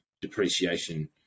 depreciation